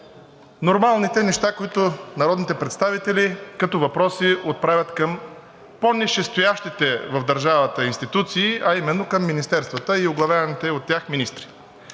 нормалните неща, които народните представители като въпроси отправят към по-низшестоящите в държавата институции, а именно към министерствата и оглавяващите ги министри.